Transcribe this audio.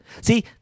See